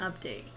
Update